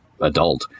adult